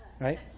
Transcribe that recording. right